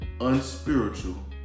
unspiritual